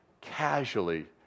casually